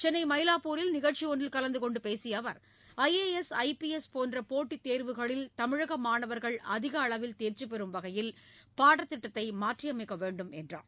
சென்னை மயிலாப்பூரில் நிகழ்ச்சி ஒன்றில் கலந்து கொண்டு பேசிய அவர் I A S I P S போன்ற போட்டித் தேர்வுகளில் தமிழக மாணவர்கள் அதிக அளவில் தேர்ச்சி பெறும் வகையில் பாடத்திட்டத்தை மாற்றியமைக்க வேண்டும் என்றார்